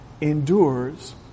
endures